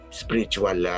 spiritual